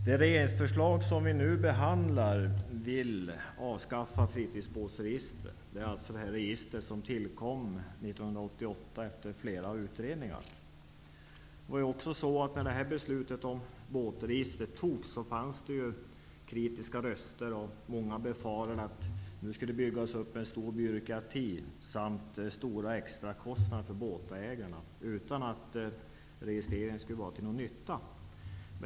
Herr talman! Enligt det regeringsförslag som ligger till grund för det betänkande som vi nu behandlar, vill regeringen avskaffa fritidsbåtsregistret. Det är detta register som tillkom 1988 efter flera utredningar. När beslutet om båtregistret fattades fanns det kritiska röster. Många befarade att en stor byråkrati skulle byggas upp samt att registret skulle innebära stora extrakostnader för båtägarna, utan att registreringen skulle vara till någon nytta.